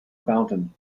fountain